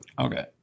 Okay